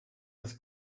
das